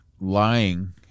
lying